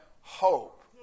hope